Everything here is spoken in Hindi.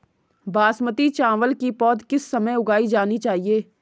बासमती चावल की पौध किस समय उगाई जानी चाहिये?